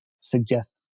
suggest